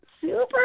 super